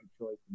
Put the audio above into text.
choice